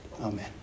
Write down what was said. Amen